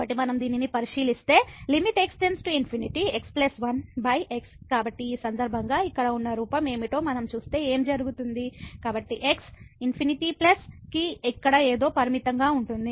కాబట్టి మనం దీనిని పరిశీలిస్తే x∞ x1x కాబట్టి ఈ సందర్భంగా ఇక్కడ ఉన్న రూపం ఏమిటో మనం చూస్తే ఏమి జరుగుతుంది కాబట్టి x ∞ కి ఇక్కడ ఏదో లిమిట్ ంగా ఉంటుంది